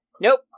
Nope